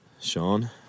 Sean